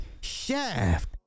shaft